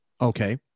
Okay